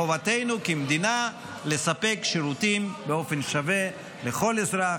חובתנו כמדינה לספק שירותים באופן שווה לכל אזרח,